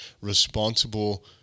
responsible